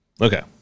Okay